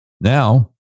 Now